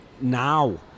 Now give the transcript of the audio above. now